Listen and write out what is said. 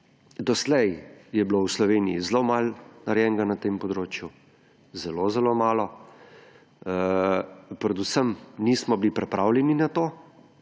Doslej je bilo v Sloveniji zelo malo narejenega na tem področju; zelo zelo malo. Predvsem nismo bili pripravljeni na to